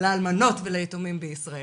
לאלמנות והיתומים בישראל.